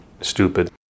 stupid